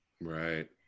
Right